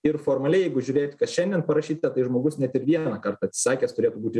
ir formaliai jeigu žiūrėti kas šiandien parašyta tai žmogus net ir vieną kartą atsisakęs turėtų būti